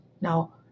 Now